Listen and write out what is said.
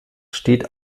steht